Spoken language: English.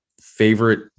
favorite